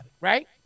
right